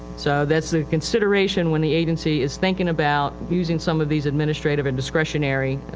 so thatis the consideration when the agency is thinking about using some of these administrative and discretionary,